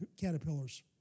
caterpillars